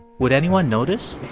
would anyone notice?